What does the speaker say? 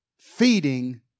feeding